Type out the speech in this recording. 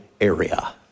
area